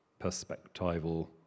perspectival